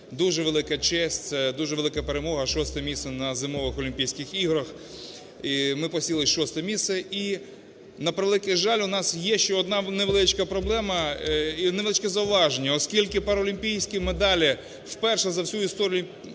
дуже велика честь, це дуже велика перемога, шосте місце на Зимових олімпійських іграх. Ми посіли шосте місце. І, на превеликий жаль, у нас є ще одна невеличка проблема і невеличке зауваження, оскільки паралімпійські медалі вперше за всю історію